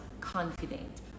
confident